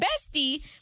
bestie